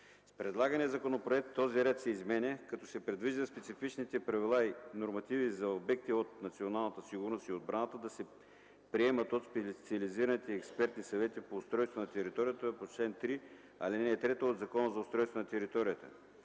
С предлагания законопроект този ред се изменя, като се предвижда специфичните правила и нормативи за обекти от националната сигурност и отбраната да се приемат от специализираните експертни съвети по устройство на територията по чл. 3, ал. 3 от Закона за устройство на територията.